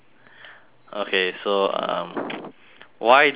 okay so um why do you